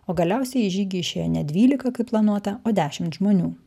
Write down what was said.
o galiausiai į žygį išėjo ne dvylika kaip planuota o dešimt žmonių